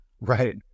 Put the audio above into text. Right